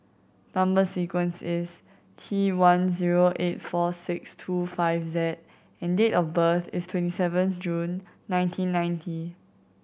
number sequence is T one zero eight four six two five Z and date of birth is twenty seven June nineteen ninety